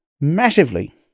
massively